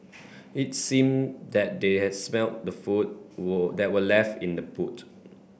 it seemed that they had smelt the food that were left in the boot